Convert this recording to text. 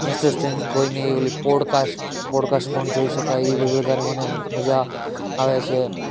interesting કોઇની ઓલી podcast podcast પણ જોઈ શકાય એ ભાઈ વધારે મને મજા આવે છે